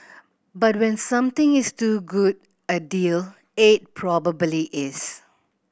but when something is too good a deal it probably is